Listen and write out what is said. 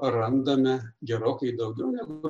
randame gerokai daugiau negu